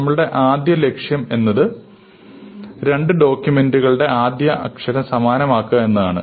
നമ്മുടെ ആദ്യ ലക്ഷ്യം എന്നത് രണ്ട് ഡോക്യൂമെന്റുകളുടെ ആദ്യ അക്ഷരം സമാനമാക്കുക എന്നതാണ്